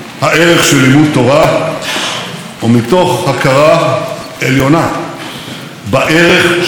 ומתוך הכרה עליונה בערך של אחדות העם.